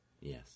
Yes